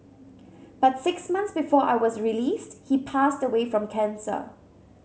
but six months before I was released he passed away from cancer